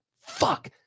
fuck